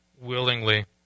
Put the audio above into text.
willingly